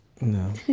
No